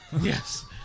Yes